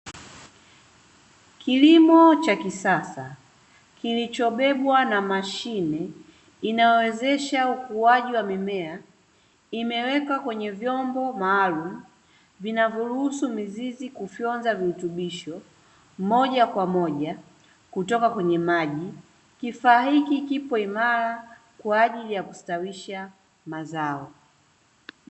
Kilimo cha kisasa kilichobebwa na mashine inawezesha ukuaji wa mimea, imewekwa kwenye vyombo maalumu vinavyo ruhusu mizizi kufyonza virutubisho moja kwa moja kutoka kwenye maji. Kifaa hiki kipo imara kwa ajili ya kustawisha mazao.